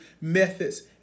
methods